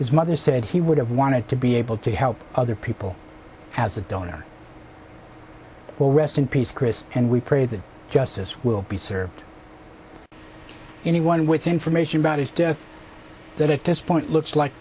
his mother said he would have wanted to be able to help other people as a donor will rest in peace chris and we pray that justice will be served anyone with information about his death that at this point looks like